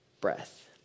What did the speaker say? breath